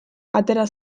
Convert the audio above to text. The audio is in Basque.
atera